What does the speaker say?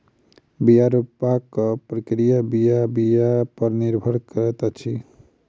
बीया रोपबाक प्रक्रिया बीया बीया पर निर्भर करैत अछि